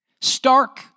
Stark